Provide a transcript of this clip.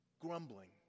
Grumbling